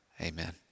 amen